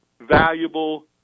valuable